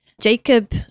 Jacob